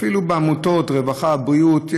ואפילו בעמותות הרווחה והבריאות,